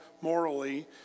morally